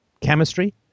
chemistry